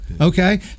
Okay